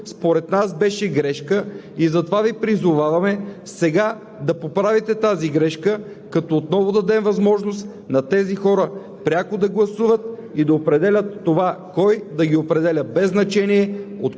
според нас беше грешка. Затова Ви призоваваме сега да поправите тази грешка, като отново дадем възможност на тези хора пряко да гласуват и да определят това кой да ги управлява, без значение